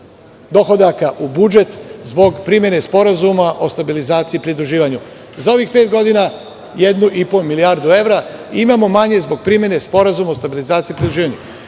dohodaka u budžet zbog primene Sporazuma o stabilizaciji i pridruživanju.Za ovih pet godina, 1,5 milijardu evra, imamo manje zbog primene Sporazuma o stabilizaciji i pridruživanju. Budući